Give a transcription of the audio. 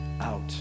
out